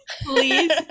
please